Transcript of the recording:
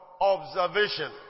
Observation